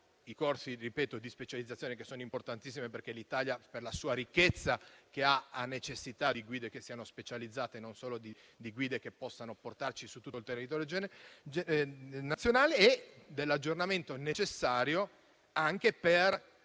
corsi di specializzazione, che sono importantissimi, perché l'Italia, per la sua ricchezza, necessita di guide specializzate e non solo di guide che possano accompagnare su tutto il territorio nazionale, nonché dell'aggiornamento necessario ad